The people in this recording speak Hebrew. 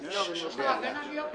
יש פה הגנה על יקנעם.